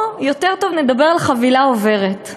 או יותר טוב, נדבר על "חבילה עוברת".